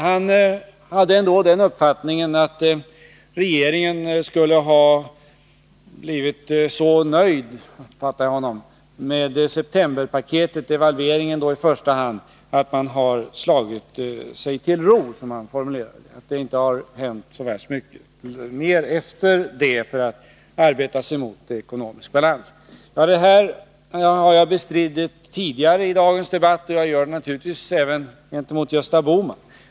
Han hade ändå den uppfattningen att regeringen skulle ha blivit så nöjd, som han formulerar det, med septemberpaketet — devalveringen då i första hand — att man så att säga har slagit sig till ro och att man därefter inte gjort så värst mycket för att arbeta sig mot en ekonomisk balans. Det här har jag bestridit tidigare i dagens debatt, och jag gör det naturligtvis även gentemot Gösta Bohman.